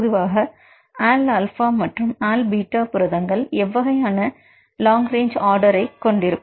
பொதுவாக all alpha மற்றும் all beta புரதங்கள் எவ்வகையான LRO கொண்டிருக்கும்